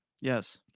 Yes